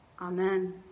Amen